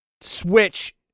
Switch